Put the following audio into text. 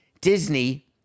Disney